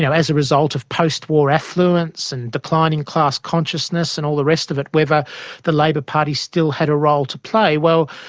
as a result of post-war affluence and declining class consciousness and all the rest of it, whether the labor party still had a role to play. well,